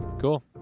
Cool